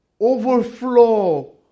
overflow